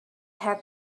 had